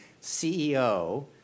CEO